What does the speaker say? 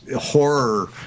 horror